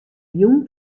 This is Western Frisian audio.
jûn